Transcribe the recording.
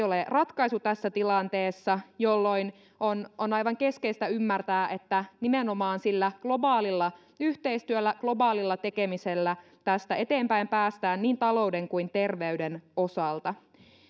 ole ratkaisu tässä tilanteessa jolloin on on aivan keskeistä ymmärtää että nimenomaan sillä globaalilla yhteistyöllä globaalilla tekemisellä tästä eteenpäin päästään niin talouden kuin terveyden osalta